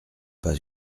pas